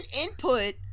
input